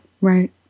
Right